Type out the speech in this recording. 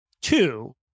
two